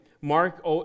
Mark